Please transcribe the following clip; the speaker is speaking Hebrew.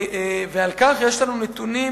על כך יש לנו נתונים